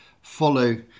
follow